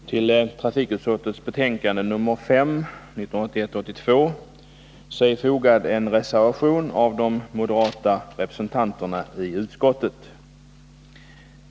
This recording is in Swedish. Herr talman! Vid trafikutskottets betänkande nr 5 är fogad en reservation av de moderata representanterna i utskottet.